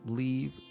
leave